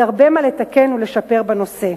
עוד הרבה מה לתקן ולשפר בנושא.